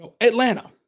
Atlanta